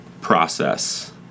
process